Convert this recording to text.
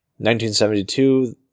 1972